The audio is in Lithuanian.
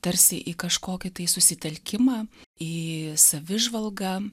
tarsi į kažkokį tai susitelkimą į savižvalgą